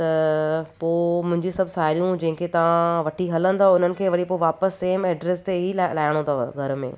त पोइ मुंहिंजी सभु साहेड़ियूं जंहिंखे तव्हां वठी हलंदव हुननि खे वरी पोइ वापसि सेम एड्रेस ते ई लाहिणो अथव घर में